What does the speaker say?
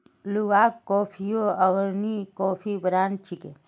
Luwak कॉफियो अग्रणी coffee brand छिके